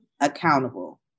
accountable